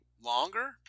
Longer